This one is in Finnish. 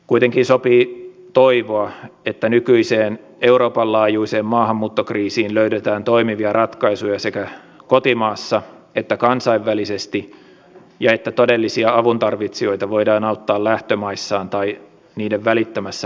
kuitenkin sopii toivoa että nykyiseen euroopan laajuiseen maahanmuuttokriisiin löydetään toimivia ratkaisuja sekä kotimaassa että kansainvälisesti ja että todellisia avuntarvitsijoita voidaan auttaa lähtömaissaan tai niiden välittömässä läheisyydessä